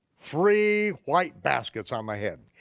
three white baskets on my head.